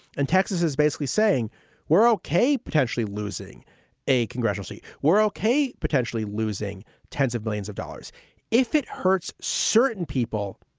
and texas is basically saying we're okay, potentially losing a congressional seat. we're okay, potentially losing tens of billions of dollars if it hurts certain people,